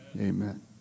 Amen